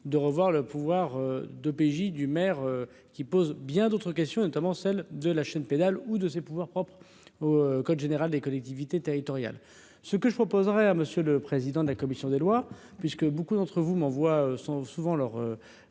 de revoir le pouvoir de PJ du maire qui pose bien d'autres questions et notamment celle de la chaîne pénale ou de ses pouvoirs propres au code général des collectivités territoriales, ce que je proposerai à monsieur le président de la commission des lois, puisque beaucoup d'entre vous m'envoie sont souvent leurs